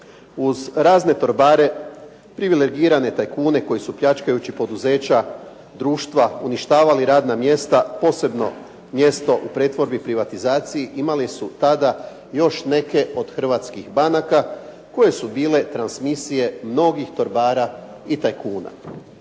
Uz razne torbare, privilegirane tajkune koji su pljačkajući poduzeća, društva uništavali radna mjesta posebno mjesto u pretvorbi i privatizaciji imali su tada još neke od hrvatskih banaka koje su bile transmisije mnogih torbara i tajkuna.